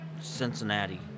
Cincinnati